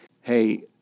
hey